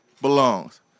belongs